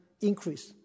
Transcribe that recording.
increase